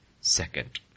Second